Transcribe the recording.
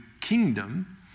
kingdom